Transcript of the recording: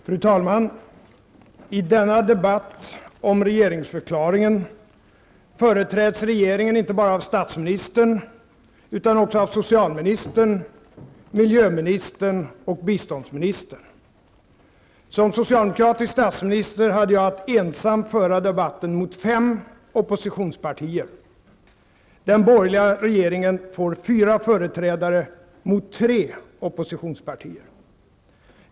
Fru talman! I denna debatt om regeringsförklaringen företräds regeringen inte bara av statsministern utan också av socialministern, miljöministern och biståndsministern. Som socialdemokratisk statsminister hade jag att ensam föra debatten mot fem oppositionspartier. Den borgerliga regeringen får fyra företrädare mot tre oppositionspartier.